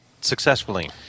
successfully